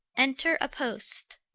enter a poste.